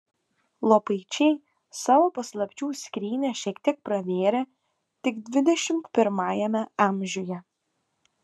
lopaičiai savo paslapčių skrynią šiek tiek pravėrė tik dvidešimt pirmajame amžiuje